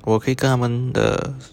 我可以跟他们 uh